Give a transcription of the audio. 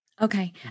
Okay